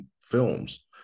films